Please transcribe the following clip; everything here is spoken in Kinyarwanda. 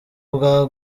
bwa